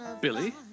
Billy